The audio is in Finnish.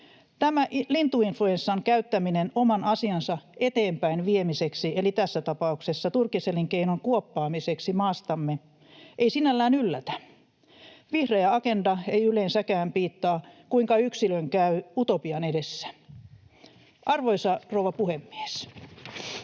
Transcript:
Tämä lintuinfluenssan käyttäminen oman asiansa eteenpäinviemiseksi, eli tässä tapauksessa turkiselinkeinon kuoppaamiseksi maastamme, ei sinällään yllätä. Vihreä agenda ei yleensäkään piittaa, kuinka yksilön käy utopian edessä. Arvoisa rouva puhemies!